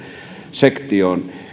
sektioon